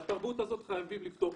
ואת התרבות הזאת חייבים לבדוק.